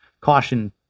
caution